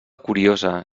curiosa